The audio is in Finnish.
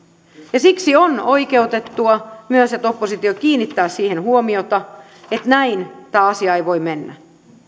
siksi on oikeutettua myös että oppositio kiinnittää huomiota siihen että näin tämä asia ei voi mennä